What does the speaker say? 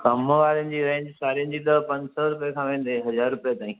कम वारिनि जी रेंज साड़िनि जी अथव पंज सौ रुपये खां वेंदे हज़ार रुपये ताईं